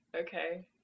okay